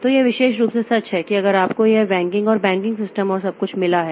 तो यह विशेष रूप से सच है अगर आपको यह बैंकिग और बैंकिंग सिस्टम और सब कुछ मिला है